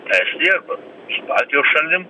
tą jis dirba su baltijos šalim